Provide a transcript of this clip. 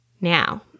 Now